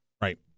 Right